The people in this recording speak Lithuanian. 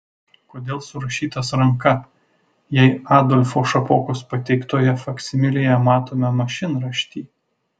kodėl surašytas ranka jei adolfo šapokos pateiktoje faksimilėje matome mašinraštį